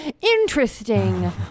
Interesting